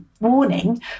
warning